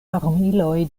armiloj